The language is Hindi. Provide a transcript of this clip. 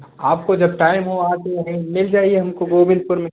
आपको जब टाइम हो आ कर मिल जाइये हमको गोविंदपुर में